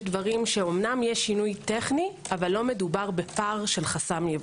דברים שאמנם יש שינוי טכני אך לא מדובר בפער של חסם ייבוא.